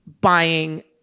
buying